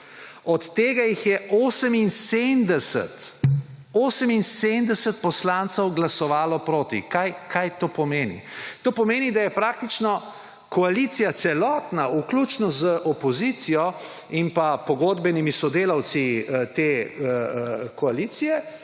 od tega je 78 poslancev glasovalo proti. Kaj to pomeni? To pomeni, da je praktično celotna koalicija, vključno z opozicijo in pogodbenimi sodelavci te koalicije